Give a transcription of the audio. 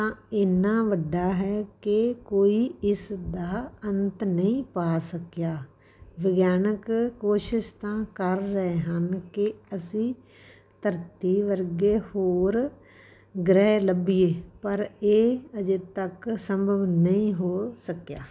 ਤਾਂ ਇੰਨਾਂ ਵੱਡਾ ਹੈ ਕਿ ਕੋਈ ਇਸ ਦਾ ਅੰਤ ਨਹੀਂ ਪਾ ਸਕਿਆ ਵਿਗਿਆਨਕ ਕੋਸ਼ਿਸ਼ ਤਾਂ ਕਰ ਰਹੇ ਹਨ ਕਿ ਅਸੀਂ ਧਰਤੀ ਵਰਗੇ ਹੋਰ ਗ੍ਰਹਿ ਲੱਭੀਏ ਪਰ ਇਹ ਅਜੇ ਤੱਕ ਸੰਭਵ ਨਹੀਂ ਹੋ ਸਕਿਆ